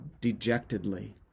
dejectedly